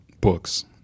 books